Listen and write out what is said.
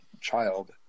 child